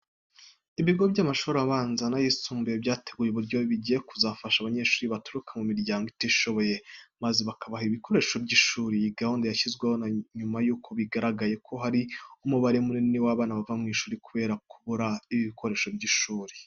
Ibigo by'amashuri abanza n'ayisumbuye byateguye uburyo bigiye kuzafasha abanyeshuri baturuka mu miryango itishoboye maze bakabaha ibikoresho by'ishuri. Iyi gahunda yashyizweho nyuma yuko bigaragaye ko hari umubare munini w'abana bava mu ishuri kubera kubura ibikoresho by'ishuri.